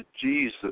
Jesus